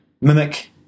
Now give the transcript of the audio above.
mimic